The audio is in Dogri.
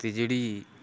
ते जेह्ड़ी